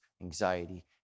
anxiety